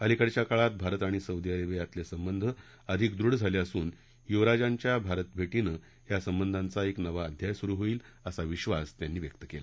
अलिकडच्या काळात भारत आणि सौदी अरेबियायांच्यातले संबंध अधिक दृढ झाले असून युवराजांच्या भारत भेटींनं या संबंधांचा एक नवा अध्याय सुरू होईल असा विश्वास त्यांनी व्यक्त केला